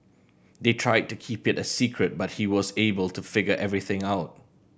they tried to keep it a secret but he was able to figure everything out